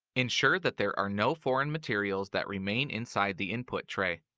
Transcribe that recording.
ensure that there are no foreign materials that remain inside the input tray.